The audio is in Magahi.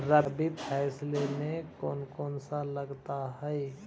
रबी फैसले मे कोन कोन सा लगता हाइय?